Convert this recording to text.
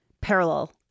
parallel